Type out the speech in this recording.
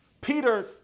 Peter